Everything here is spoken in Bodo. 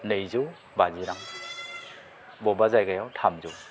नैजौ बाजि रां बबेबा जायगायाव थामजौ